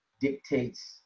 dictates